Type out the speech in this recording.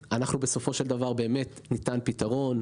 בסופו של דבר באמת ניתן לנו פתרון.